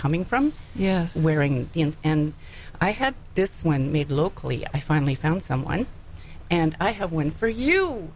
coming from yeah wearing and i had this one made locally i finally found someone and i have one for you